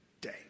day